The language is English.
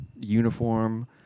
uniform